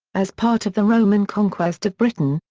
as part of the roman conquest of britain,